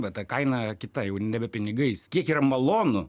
va ta kaina kita jau nebe pinigais kiek yra malonu